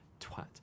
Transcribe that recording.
twat